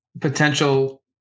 potential